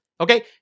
Okay